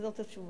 וזאת התשובה,